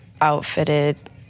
outfitted